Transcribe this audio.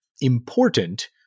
important